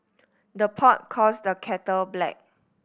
the pot calls the kettle black